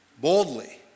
boldly